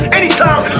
anytime